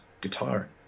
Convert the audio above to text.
guitar